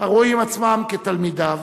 הרואים עצמם כתלמידיו